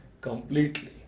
Completely